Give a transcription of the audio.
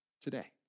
today